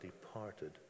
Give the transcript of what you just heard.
departed